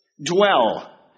Dwell